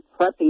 prepping